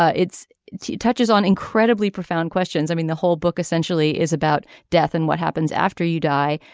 ah it's touches on incredibly profound questions i mean the whole book essentially is about death and what happens after you die.